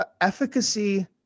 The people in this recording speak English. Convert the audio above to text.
efficacy